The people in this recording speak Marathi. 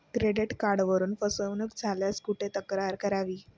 क्रेडिट कार्डवरून फसवणूक झाल्यास कुठे तक्रार करावी?